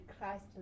Christ